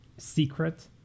secret